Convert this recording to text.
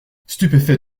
stupéfait